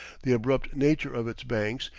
the abrupt nature of its banks,